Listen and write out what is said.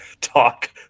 talk